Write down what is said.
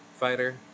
fighter